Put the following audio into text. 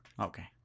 Okay